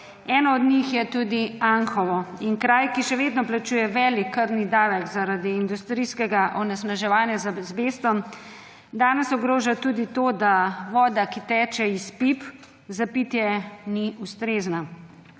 Eno od njih je tudi Anhovo. Kraj, ki še vedno plačuje velik krvni davek zaradi industrijskega onesnaževanja z azbestom, danes ogroža tudi to, da voda, ki teče iz pip, za pitje ni ustrezna.